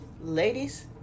ladies